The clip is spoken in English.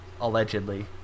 allegedly